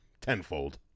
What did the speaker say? tenfold